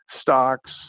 stocks